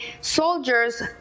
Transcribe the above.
soldiers